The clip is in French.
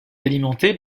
alimenté